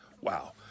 Wow